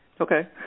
Okay